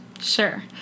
Sure